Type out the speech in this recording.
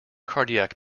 cardiac